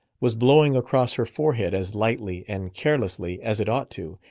was blowing across her forehead as lightly and carelessly as it ought to,